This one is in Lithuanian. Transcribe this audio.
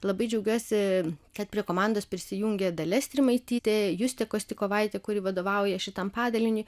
labai džiaugiuosi kad prie komandos prisijungė dalia strimaitytė justė kostikovaitė kuri vadovauja šitam padaliniui